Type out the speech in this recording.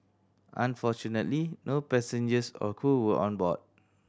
unfortunately no passengers or crew were on board